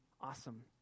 awesome